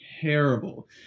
terrible